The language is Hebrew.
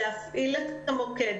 לומר שמרחיבים את המענים אחרי פסח.